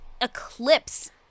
eclipse